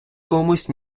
комусь